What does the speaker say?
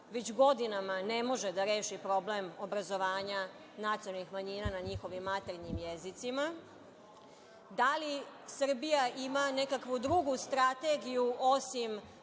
već godinama ne može da reši problem obrazovanja nacionalnih manjina na njihovim maternjim jezicima? Da li Srbija ima nekakvu drugu strategiju osim